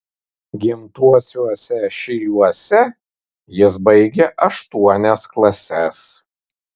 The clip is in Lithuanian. gimtuosiuose šyliuose jis baigė aštuonias klases